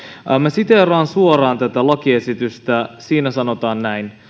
siteeraan suoraan tätä lakiesitystä siinä sanotaan näin